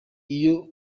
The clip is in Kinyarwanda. iyo